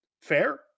Fair